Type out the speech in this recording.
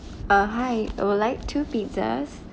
uh hi I would like two pizzas